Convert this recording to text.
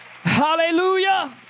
hallelujah